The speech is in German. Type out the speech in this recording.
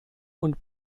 und